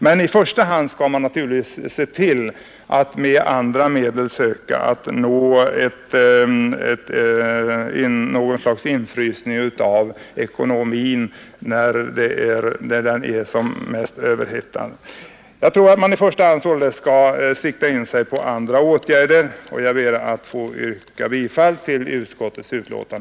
Men i första hand bör man med andra medel försöka frysa ned ekonomin när den är som mest överhettad. Jag ber att få yrka bifall till utskottets hemställan.